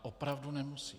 Opravdu nemusí.